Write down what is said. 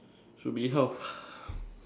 should be health